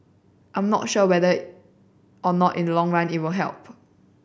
I'm not sure whether or not in long run help